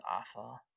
awful